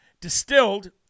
Distilled